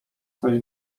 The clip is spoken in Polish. coś